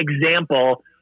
example